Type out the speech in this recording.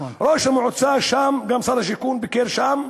ראש המועצה שם, גם שר השיכון ביקר שם.